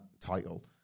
title